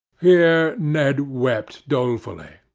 here ned wept dolefully,